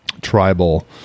tribal